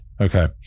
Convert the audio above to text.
Okay